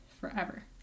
forever